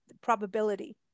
probability